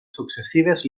successives